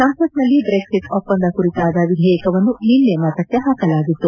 ಸಂಸತ್ ನಲ್ಲಿ ಬ್ರೆಕ್ಷಿಟ್ ಒಪ್ಪಂದ ಕುರಿತಾದ ವಿಧೇಯಕವನ್ನು ನಿನ್ನೆ ಮತಕ್ಕೆ ಪಾಕಲಾಗಿತ್ತು